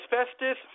asbestos